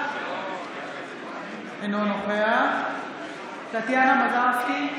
אינו נוכח טטיאנה מזרסקי,